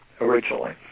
originally